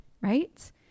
right